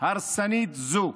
הרסנית זו,